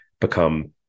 become